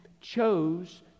chose